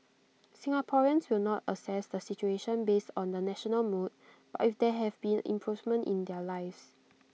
Singaporeans will not assess the situation based on the national mood but if there have been improvements in their lives